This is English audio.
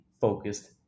focused